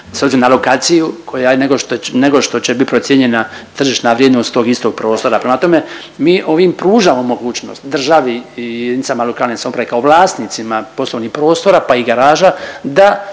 koja je, nego što će, nego što će bit procijenjena tržišna vrijednost tog istog prostora. Prema tome, mi ovim pružamo mogućnost državi i JLS kao vlasnicima poslovnih prostora, pa i garaža da